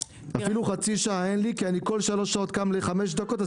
אפילו חצי שעה אין לי כי אני כל שלוש שעות קם לחמש דקות,